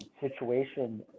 situation